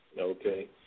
okay